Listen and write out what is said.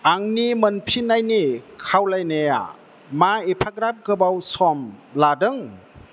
आंनि मोनफिन्नायनि खावलायनाया मा एफाग्राब गोबाव सम लादों